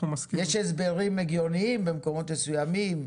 יש הסברים הגיוניים במקומות מסוימים,